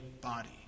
body